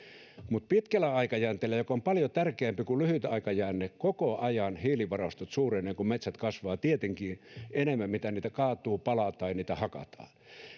mutta pitkällä aikajänteellä joka on paljon tärkeämpi kuin lyhyt aikajänne hiilivarastot koko ajan suurenevat kun metsät kasvavat tietenkin enemmän mitä niitä kaatuu palaa tai hakataan